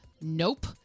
nope